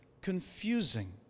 confusing